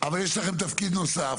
אבל יש לכם תפקיד נוסף